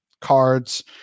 cards